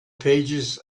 pages